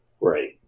Right